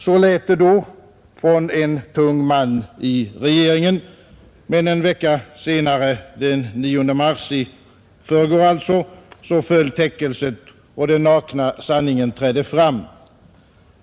Så lät det då från en tung man i regeringen, men en vecka senare, den 9 mars — i förrgår alltså — föll täckelset och den nakna sanningen trädde fram.